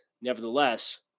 nevertheless